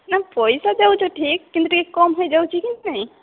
ନା ପଇସା ଦେଉଛ ଠିକ୍ କିନ୍ତୁ ଟିକେ କମ୍ ହେଇ ଯାଉଛି କି ନାହିଁ